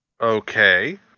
Okay